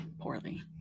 poorly